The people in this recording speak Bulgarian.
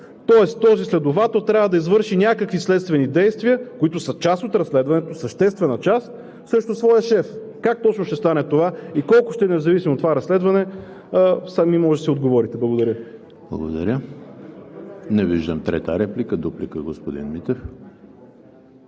Тоест този следовател трябва да извърши някакви следствени действия, които са част от разследването – съществена част, срещу своя шеф. Как точно ще стане това и колко ще е независимо това разследване – сами можете да си отговорите. Благодаря Ви. ПРЕДСЕДАТЕЛ ЕМИЛ ХРИСТОВ: Благодаря. Не виждам трета реплика. Дуплика – господин Митев.